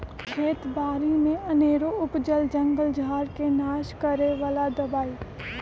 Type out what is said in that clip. खेत बारि में अनेरो उपजल जंगल झार् के नाश करए बला दबाइ